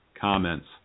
comments